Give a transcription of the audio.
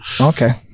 okay